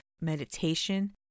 meditation